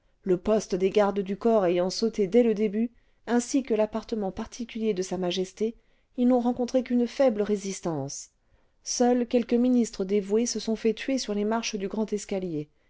le poste des gardes du corps ayant sauté dès le début ainsi que l'appartement particulier de sa majesté ils n'ont rencontré qu'une faible le foyer du theatre français résistance seuls quelques ministres dévoués se sont fait tuer sûr les marches du